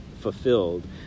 fulfilled